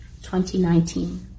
2019